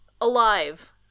Alive